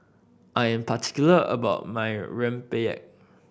I am particular about my rempeyek